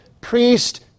priest